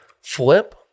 Flip